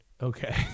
Okay